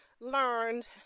learned